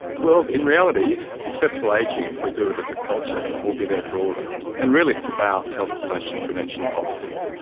well, in reality, successful ageing, if we do it as a culture, will be there for all of us. and really it's about health promotion prevention policies.